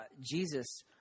Jesus